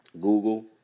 Google